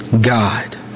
God